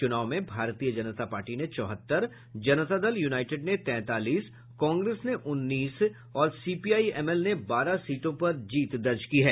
चुनाव में भारतीय जनता पार्टी ने चौहत्तर जनता दल यूनाईटेड ने तैंतालीस कांग्रेस ने उन्नीस और सीपीआई एम एल ने बारह सीटों पर जीत दर्ज की है